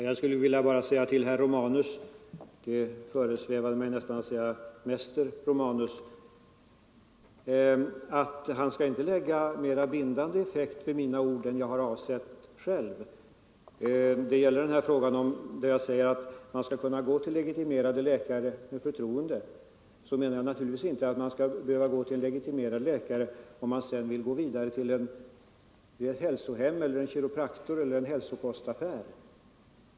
Fru talman! Jag vill bara säga till herr Romanus — det föresvävade mig nästan att säga mäster Romanus — att han inte skall göra mina ord mera bindande än jag har avsett själv. När jag säger att man skall kunna gå till legitimerade läkare med förtroende, menar jag naturligtvis inte att man först skall behöva gå till en legitimerad läkare om man sedan vill gå vidare till ett hälsohem eller en kiropraktor eller en hälsokostaffär.